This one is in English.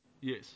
Yes